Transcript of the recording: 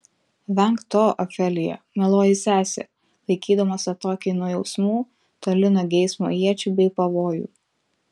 venk to ofelija mieloji sese laikydamos atokiai nuo jausmų toli nuo geismo iečių bei pavojų